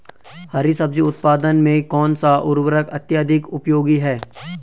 हरी सब्जी उत्पादन में कौन सा उर्वरक अत्यधिक उपयोगी है?